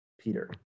Peter